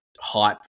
hype